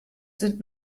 sind